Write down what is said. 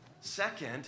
second